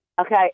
Okay